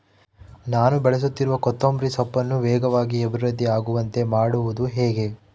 ನಾನು ಬೆಳೆಸುತ್ತಿರುವ ಕೊತ್ತಂಬರಿ ಸೊಪ್ಪನ್ನು ವೇಗವಾಗಿ ಅಭಿವೃದ್ಧಿ ಆಗುವಂತೆ ಮಾಡುವುದು ಹೇಗೆ?